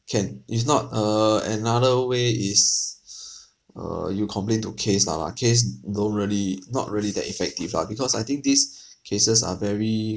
can if not err another way is err you complain to CASE lah but CASE don't really not really that effective lah because I think these cases are very